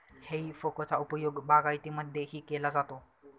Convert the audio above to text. हेई फोकचा उपयोग बागायतीमध्येही केला जातो